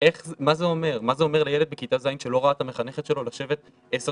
מה זה אומר לילד בכיתה ז' שלא ראה את המחנכת שלו לשבת עשר